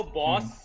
boss